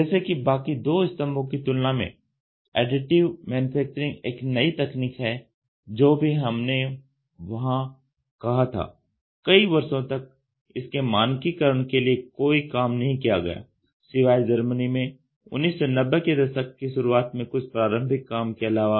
जैसे कि बाकी 2 स्तंभों की तुलना में एडिटिव मैन्युफैक्चरिंग एक नई तकनीक है जो भी हमने वहां कहा था कई वर्षों तक इसके मानकीकरण के लिए कोई काम नहीं किया गया सिवाय जर्मनी में 1990 के दशक के शुरुआत में कुछ प्रारंभिक काम के अलावा